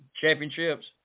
championships